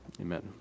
Amen